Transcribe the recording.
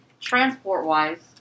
transport-wise